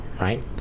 Right